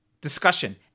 discussion